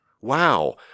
Wow